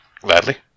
gladly